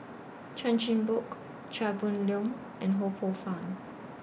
Chan Chin Bock Chia Boon Leong and Ho Poh Fun